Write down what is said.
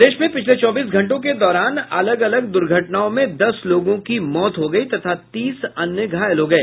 प्रदेश में पिछले चौबीस घंटों के दौरान अलग अलग दुर्घटनाओं में दस लोगों की मौत हो गयी जबकि तीस अन्य घायल हो गये